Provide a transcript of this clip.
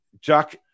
Jack